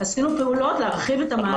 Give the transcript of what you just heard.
עשינו פעולות להרחיב את המענים.